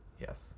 Yes